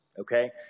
okay